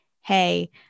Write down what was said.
hey